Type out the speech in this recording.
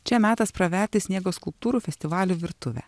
čia metas praverti sniego skulptūrų festivalio virtuvę